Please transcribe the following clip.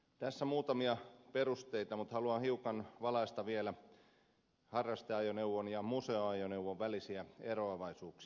tässä tuli jo muutamia perusteita mutta haluan hiukan valaista vielä harrasteajoneuvon ja museoajoneuvon välisiä eroavaisuuksia